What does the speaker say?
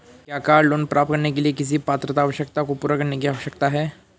क्या car loan प्राप्त करने के लिए किसी पात्रता आवश्यकता को पूरा करने की आवश्यकता है?